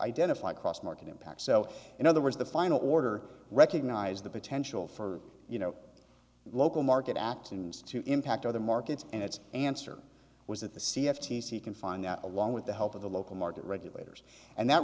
identify cross market impacts so in other words the final order recognize the potential for you know local market accidents to impact other markets and its answer was that the c f t c can find that along with the help of the local market regulators and that